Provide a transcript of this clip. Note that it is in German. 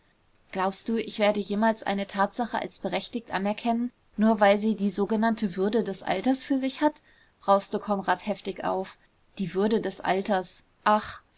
glaubst du ich werde jemals eine tatsache als berechtigt anerkennen nur weil sie die sogenannte würde des alters für sich hat brauste konrad heftig auf die würde des alters ach